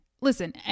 listen